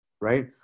right